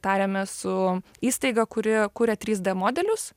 tariamės su įstaiga kuri kuria trys d modelius